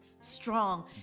strong